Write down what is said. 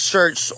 Search